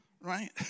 Right